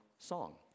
song